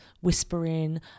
whispering